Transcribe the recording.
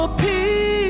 peace